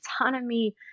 autonomy